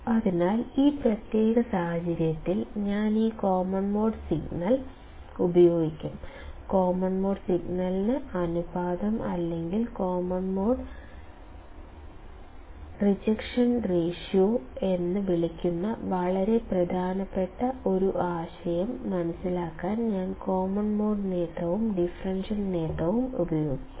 അതിനാൽ ഈ പ്രത്യേക സാഹചര്യത്തിൽ ഞാൻ ഈ കോമൺ മോഡ് സിഗ്നൽ ഉപയോഗിക്കും കോമൺ മോഡ് നിരസിക്കൽ അനുപാതം അല്ലെങ്കിൽ കോമൺ മോഡ് റിജക്ഷൻ റേഷ്യോ എന്ന് വിളിക്കുന്ന വളരെ പ്രധാനപ്പെട്ട ഒരു ആശയം മനസിലാക്കാൻ ഞാൻ കോമൺ മോഡ് നേട്ടവും ഡിഫറൻഷ്യൽ നേട്ടവും ഉപയോഗിക്കും